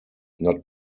not